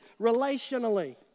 relationally